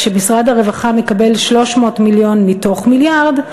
כשמשרד הרווחה מקבל 300 מיליון מתוך מיליארד,